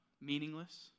meaningless